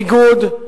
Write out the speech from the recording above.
ביגוד,